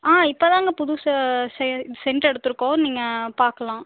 ஆ இப்போதாங்க புதுசு செ செண்ட் எடுத்திருக்கோம் நீங்கள் பார்க்கலாம்